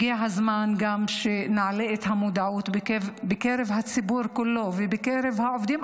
גם הגיע הזמן שנעלה את המודעות בקרב הציבור כולו ובקרב העובדים,